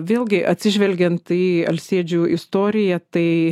vėlgi atsižvelgiant į alsėdžių istoriją tai